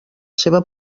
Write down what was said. seva